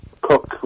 cook